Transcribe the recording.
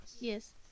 Yes